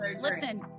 listen